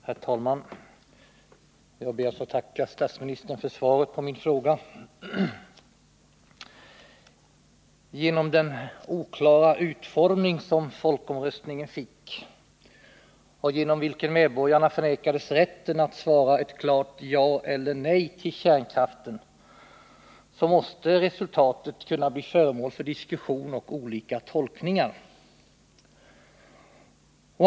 Herr talman! Jag ber att få tacka statsministern för svaret på min fråga. Genom den oklara utformning som folkomröstningen fick, förnekades medborgarna rätten att svara ett klart ja eller nej till kärnkraften. Resultatet måste därför kunna bli föremål för diskussion och olika tolkningar.